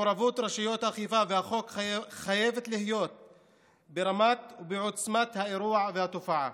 מעורבות רשויות האכיפה והחוק חייבת להיות ברמת ובעוצמת האירוע והתופעה.